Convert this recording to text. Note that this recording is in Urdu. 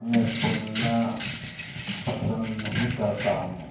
میں سننا پسند نہیں کرتا ہوں